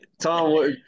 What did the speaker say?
Tom